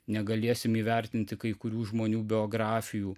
negalėsim įvertinti kai kurių žmonių biografijų